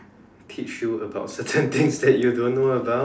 teach you about certain things that you don't know about